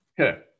okay